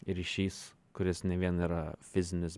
ryšys kuris ne vien yra fizinis